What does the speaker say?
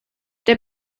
der